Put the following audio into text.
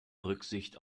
rücksicht